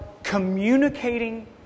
communicating